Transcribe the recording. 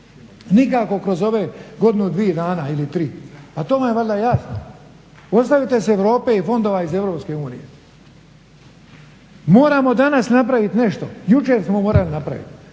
Nikako kroz ove godinu, dvije dana ili tri. A to vam ja valjda jasno. Ostavite se Europe i fondova iz Europske unije. Moramo danas napraviti nešto. Jučer smo morali napraviti